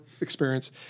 experience